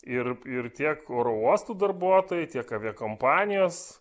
ir ir tiek oro uostų darbuotojai tiek aviakompanijos